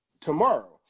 tomorrow